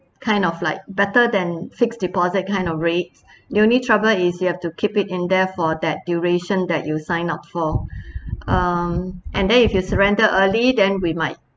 kind of like better than fixed deposit kind of rates the only trouble is you have to keep it in there before that duration that you sign up for um and then if you surrender early then we might